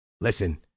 Listen